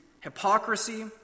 hypocrisy